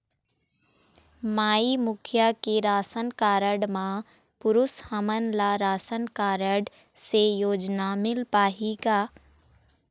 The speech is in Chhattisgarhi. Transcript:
माई मुखिया के राशन कारड म पुरुष हमन ला राशन कारड से योजना मिल पाही का?